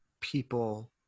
people